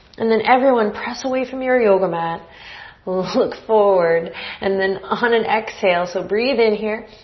and then everyone, press away from your yoga mat. we'll look forward and then on an exhale, so breathe in here.